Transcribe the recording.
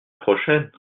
prochaine